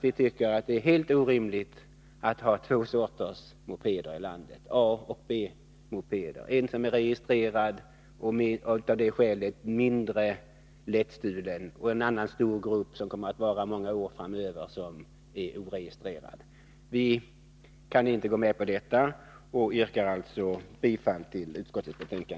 Vi tycker att det är helt orimligt att ha två slags mopeder i landet, A och B-mopeder, en kategori som är registrerad och av det skälet mindre lättstulen och en stor grupp som kommer att finnas många år framöver och som är oregistrerad. Vi kan inte gå med på det. Jag yrkar alltså i övrigt bifall till utskottets hemställan.